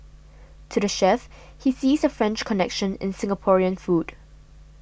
to the chef he sees a French connection in Singaporean food